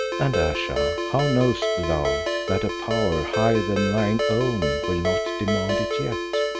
and ayesha, how knowest thou that a power higher than thine own will not demand it yet?